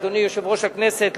אדוני יושב-ראש הכנסת,